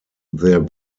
there